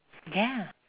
ya